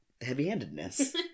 Heavy-handedness